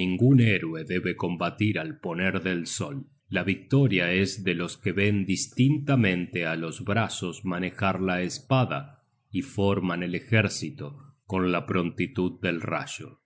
ningun héroe debe combatir al poner del sol la victoria es de los que ven distintamente á los brazos manejar la espada y forman el ejército con la prontitud del rayo